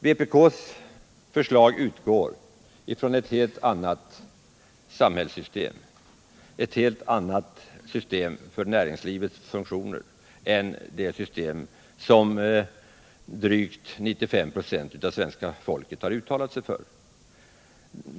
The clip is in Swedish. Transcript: Vpk:s förslag utgår från ett helt annat samhällssystem, ett helt annat system för näringslivets funktioner än det system som drygt 95 926 av svenska folket uttalat sig för.